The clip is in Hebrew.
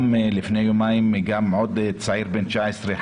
גם לפני יומיים עוד צעיר בן 19,